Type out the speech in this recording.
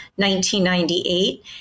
1998